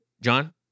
John